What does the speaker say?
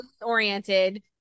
oriented